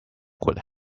good